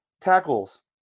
tackles